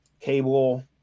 Cable